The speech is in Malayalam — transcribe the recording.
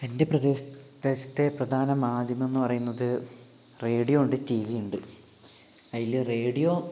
എന്റെ പ്രദേശ് പ്രദേശത്തെ പ്രധാന മാധ്യമം എന്ന് പറയുന്നത് റേഡിയോ ഉണ്ട് ടിവി ഉണ്ട് അതില് റേഡിയോ